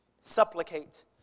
Supplicate